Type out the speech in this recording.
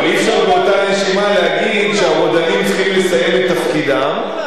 אבל אי-אפשר באותה נשימה להגיד שהרודנים צריכים לסיים את תפקידם,